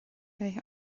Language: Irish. bheith